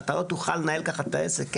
אתה לא תוכל לנהל ככה את העסק,